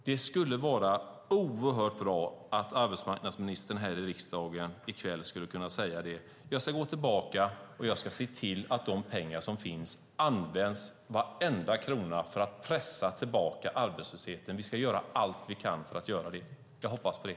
Det skulle vara oerhört bra om arbetsmarknadsministern i riksdagen i kväll kunde säga att hon ska gå tillbaka och se till att de pengar som finns används, varenda krona, för att pressa tillbaka arbetslösheten, att regeringen ska göra allt den kan för att göra det. Jag hoppas på det.